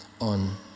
on